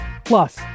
Plus